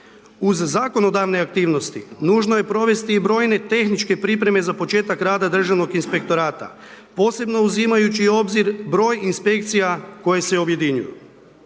Uz zakonodavne aktivnosti nužno je provesti i brojne tehničke pripreme za početak rada Državnog inspektorata posebno uzimajući u obzir broj inspekcija koje se objedinjuju.